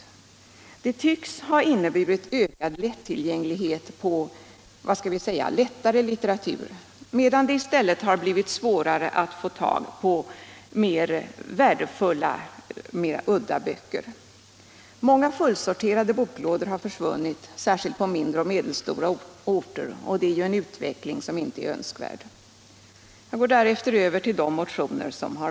Men det tycks ha inneburit ökad tillgänglighet på lättare litteratur, medan det i stället har blivit svårare att få tag på mer värdefulla och udda böcker. Många fullsorterade boklådor har försvunnit, särskilt på mindre och medelstora orter, vilket är en utveckling som inte är önskvärd. Jag går därefter över till de motioner som väckts.